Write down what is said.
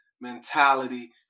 mentality